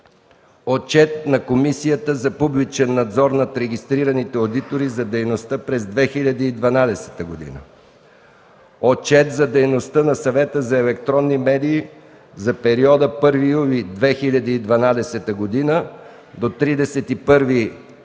Отчет на Комисията за публичен надзор над регистрираните одитори за дейността през 2012 г. - Отчет за дейността на Съвета за електронни медии за периода 1 юли 2012 г. – 31